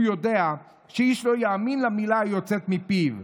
יודע שאיש לא יאמין למילה היוצאת מפיו.